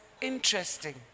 interesting